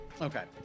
Okay